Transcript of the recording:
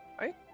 right